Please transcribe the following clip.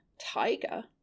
tiger